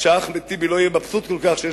אז שאחמד טיבי לא יהיה מבסוט כל כך שיש